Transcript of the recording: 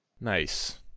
Nice